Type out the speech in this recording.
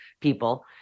people